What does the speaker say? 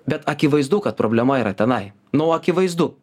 bet akivaizdu kad problema yra tenai nu akivaizdu